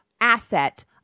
asset